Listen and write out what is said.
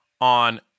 on